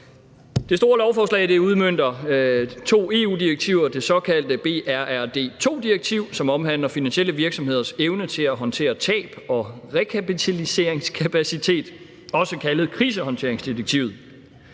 Det store lovforslag udmønter to EU-direktiver, nemlig det såkaldte BRRD II, som omhandler finansielle virksomheders evne til at håndtere tab og rekapitaliseringskapacitet, og som også kaldes krisehåndteringsdirektivet.